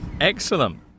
excellent